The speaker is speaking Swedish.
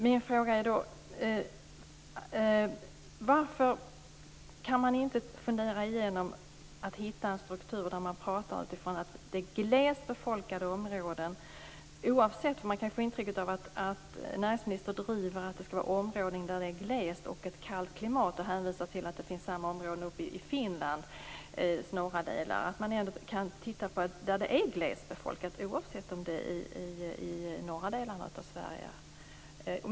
Min fråga är då: Varför kan man inte fundera igenom detta och hitta en struktur där man utgår från att det är glest befolkade områden? Man kan få intrycket att näringsministern driver att det skall vara glest och ett kallt klimat. Han hänvisar till att det finns samma områden i Finlands norra delar. Man kan även titta på områden som är glest befolkade, oavsett om de är i norra delarna av Sverige.